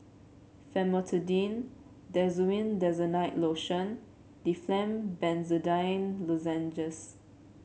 Famotidine Desowen Desonide Lotion Difflam Benzydamine Lozenges